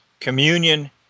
communion